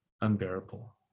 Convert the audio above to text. unbearable